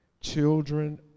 Children